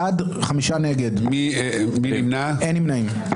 ארבעה בעד, חמישה נגד, אין נמנעים.